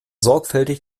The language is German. sorgfältig